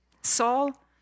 Saul